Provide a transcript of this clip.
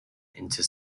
into